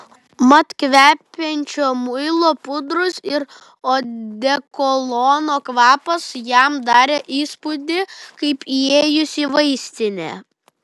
mat kvepiančio muilo pudros ir odekolono kvapas jam darė įspūdį kaip įėjus į vaistinę